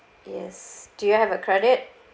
yes do you have a credit